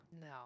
No